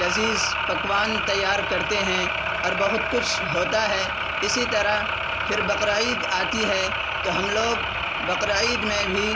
لذیذ پکوان تیار کرتے ہیں اور بہت کچھ ہوتا ہے اسی طرح پھر بقرعید آتی ہے تو ہم لوگ بقرعید میں بھی